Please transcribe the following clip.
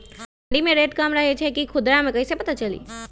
मंडी मे रेट कम रही छई कि खुदरा मे कैसे पता चली?